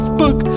book